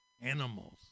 animals